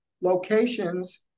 locations